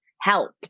help